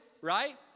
right